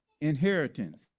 inheritance